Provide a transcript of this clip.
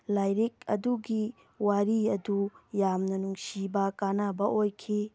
ꯂꯥꯏꯔꯤꯛ ꯑꯗꯨꯒꯤ ꯋꯥꯔꯤ ꯑꯗꯨ ꯌꯥꯝꯅ ꯅꯨꯡꯁꯤꯕ ꯀꯥꯟꯅꯕ ꯑꯣꯏꯈꯤ